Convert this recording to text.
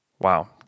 Wow